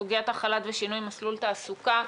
סוגיית החל"ת ושינוי מסלול תעסוקה.